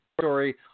Story